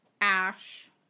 Ash